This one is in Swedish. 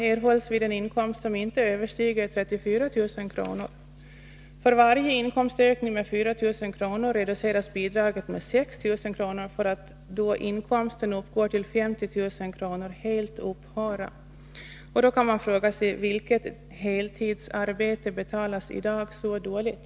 — erhålls vid en inkomst som inte överstiger 34 000 kr. För varje inkomstökning med 4000 kr. reduceras bidraget med 6 000 kr. för att då inkomsten uppgår till 50 000 kr. helt upphöra. Man kan fråga sig: Vilket heltidsarbete betalas i dag så dåligt?